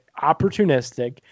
opportunistic